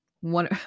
one